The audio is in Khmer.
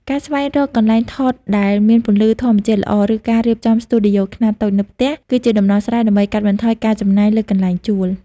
ការស្វែងរកកន្លែងថតដែលមានពន្លឺធម្មជាតិល្អ ឬការរៀបចំស្ទូឌីយោខ្នាតតូចនៅផ្ទះ គឺជាដំណោះស្រាយដើម្បីកាត់បន្ថយការចំណាយលើកន្លែងជួល។